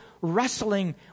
wrestling